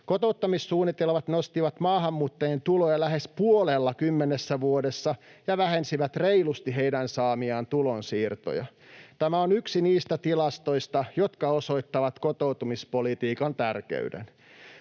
Kotouttamissuunnitelmat nostivat maahanmuuttajien tuloja lähes puolella kymmenessä vuodessa ja vähensivät reilusti heidän saamiaan tulonsiirtoja. Tämä on yksi niistä tilastoista, jotka osoittavat kotoutumispolitiikan tärkeyden.